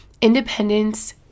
independence